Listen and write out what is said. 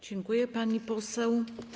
Dziękuję, pani poseł.